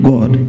God